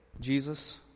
Jesus